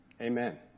Amen